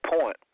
point